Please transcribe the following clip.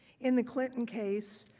in the clinton case,